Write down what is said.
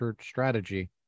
strategy